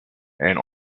and